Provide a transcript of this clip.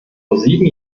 sieben